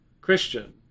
Christian